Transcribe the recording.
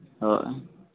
ᱦᱳᱭ